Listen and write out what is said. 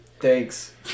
Thanks